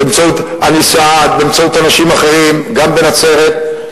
באמצעות עלי סעד ובאמצעות אנשים אחרים גם בנצרת,